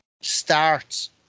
starts